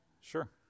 Sure